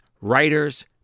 writers